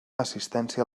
assistència